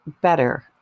better